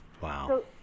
Wow